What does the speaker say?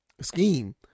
scheme